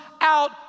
out